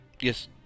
Yes